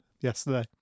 yesterday